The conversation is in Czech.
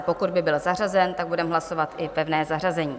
Pokud by byl zařazen, budeme hlasovat i pevné zařazení.